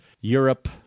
Europe